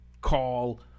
call